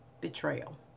betrayal